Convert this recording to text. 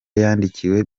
yandikiwe